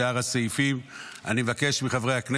אושרה בקריאה ראשונה ותעבור לדיון בוועדת הפנים